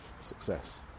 success